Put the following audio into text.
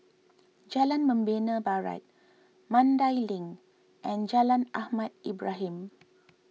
Jalan Membina Barat Mandai Link and Jalan Ahmad Ibrahim